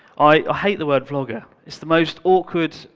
i hate the word vlogger. it's the most awkward,